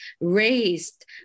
raised